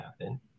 happen